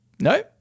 No